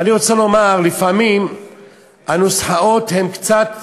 ואני רוצה לומר: לפעמים הנוסחאות הן קצת